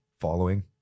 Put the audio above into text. following